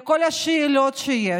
לכל השאלות שיש,